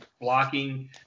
blocking